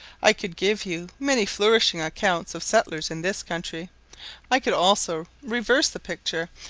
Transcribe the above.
i could give you many flourishing accounts of settlers in this country i could also reverse the picture,